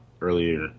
earlier